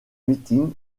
meeting